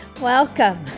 welcome